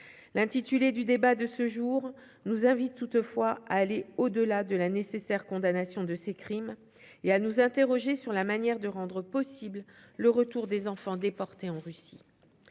L'intitulé du débat de ce jour nous invite toutefois à aller au-delà de la nécessaire condamnation de ces crimes et à nous interroger sur la manière de rendre possible le retour des enfants déportés en Russie.